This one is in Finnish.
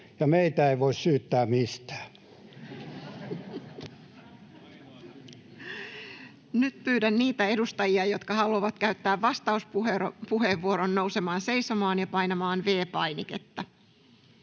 Time: 15:18 Content: Nyt pyydän niitä edustajia, jotka haluavat käyttää vastauspuheenvuoron, nousemaan seisomaan ja painamaan V-painiketta.